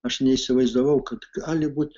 aš neįsivaizdavau kad gali būt